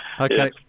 Okay